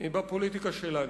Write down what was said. בפוליטיקה שלנו.